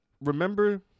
remember